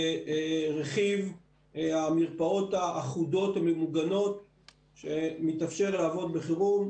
ורכיב המרפאות האחודות הממוגנות שמתאפשר לעבוד בחירום.